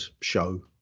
show